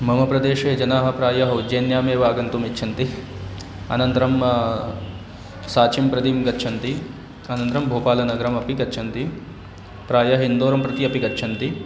मम प्रदेशे जनाः प्रायः उज्जैन्यामेव आगन्तुम् इच्छन्ति अनन्तरं साचिं प्रति गच्छन्ति अनन्तरं भोपालनगरमपि गच्छन्ति प्रायः इन्दोरं प्रति अपि गच्छन्ति